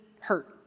hurt